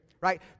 Right